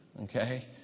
okay